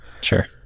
Sure